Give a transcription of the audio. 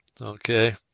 Okay